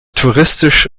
touristisch